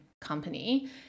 company